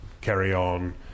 carry-on